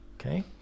Okay